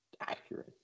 accurate